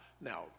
now